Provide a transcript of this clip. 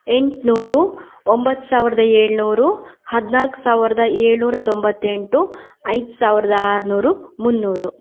ಎಂಟುನೂರು ಒಂಬತ್ತು ಸಾವಿರದ ಏಳುನೂರು ಹದಿನಾಲ್ಕು ಸಾವಿರದ ಏಳುನೂರ ತೊಂಬತ್ತೆಂಟು ಐದು ಸಾವಿರದ ಆರುನೂರು ಮುನ್ನೂರು